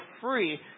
free